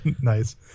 Nice